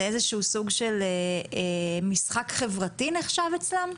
זה איזה שהוא סוג של משחק חברתי נחשב אצלם?